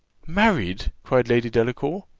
married! cried lady delacour.